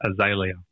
Azalea